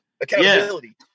Accountability